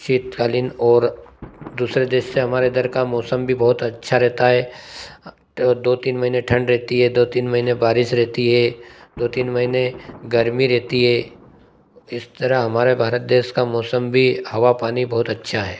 शीतकालीन और दूसरे देश से हमारे इधर का मौसम भी बहुत अच्छा रहता है दो तीन महीने ठंड रहती है दो तीन महीने बारिश रहती है दो तीन महीने गर्मी रहती है इस तरह हमारे भारत देश का मौसम भी हवा पानी बहुत अच्छा है